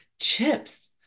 chips